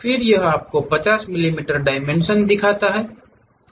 फिर यह आपको 50 मिमी डायमेंशन दिखाता है